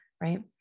right